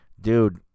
dude